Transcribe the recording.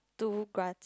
two grass